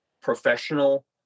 professional